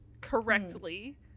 correctly